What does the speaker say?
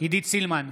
עידית סילמן,